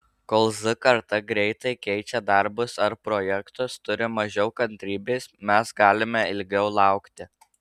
kol z karta greitai keičia darbus ar projektus turi mažiau kantrybės mes galime ilgiau laukti